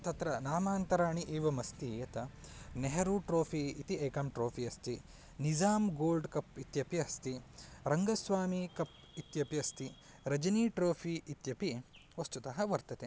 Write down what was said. तत्र नामान्तराणि एवमस्ति यत् नेहरू ट्रोफ़ि इति एकं ट्रोफ़ी अस्ति निज़ाम् गोल्ड् कप् इत्यपि अस्ति रङ्गस्वामी कप् इत्यपि अस्ति रजनी ट्रोफ़ि इत्यपि वस्तुतः वर्तते